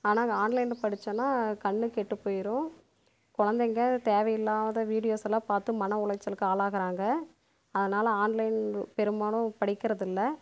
ஆனால் ஆன்லைனில் படிச்சேன்னா கண்ணு கெட்டு போயிடும் குழந்தைங்க தேவையில்லாத வீடியோ செல்லம் பார்த்து மன உளைச்சலுக்கு ஆளாகிறாங்க அதனால் ஆன்லைன் பெரும்பாலும் படிக்கிறதில்லை